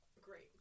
great